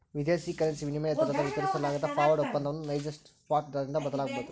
ವಿದೇಶಿ ಕರೆನ್ಸಿ ವಿನಿಮಯ ದರ ವಿತರಿಸಲಾಗದ ಫಾರ್ವರ್ಡ್ ಒಪ್ಪಂದವನ್ನು ನೈಜ ಸ್ಪಾಟ್ ದರದಿಂದ ಬದಲಾಗಬೊದು